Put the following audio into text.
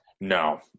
No